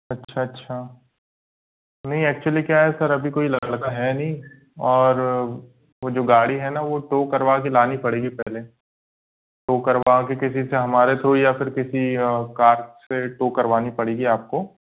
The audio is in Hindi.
अच्छा अच्छा नहीं एक्चुअल्ली क्या है सर अभी कोई लड़का है नहीं और वो जो गाड़ी है ना टो करवा के लानी पड़ेगी पहले टो करवा के किसी से हमारे तो या फिर किसी कार से टो करवानी पड़ेगी आपको